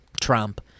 Trump